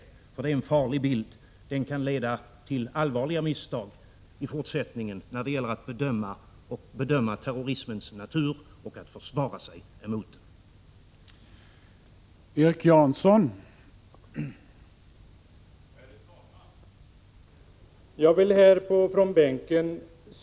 Det är nämligen en farlig bild som kan leda till allvarliga misstag i fortsättningen när det gäller att bedöma terrorismens natur och att försvara sig mot den.